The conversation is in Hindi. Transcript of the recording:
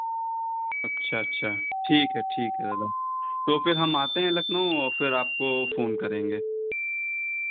अच्छा अच्छा ठीक है ठीक है दादा तो फिर हम आते हैं लखनऊ फिर आपको फोन करेंगे